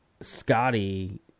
Scotty